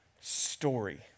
story